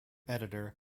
editor